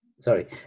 Sorry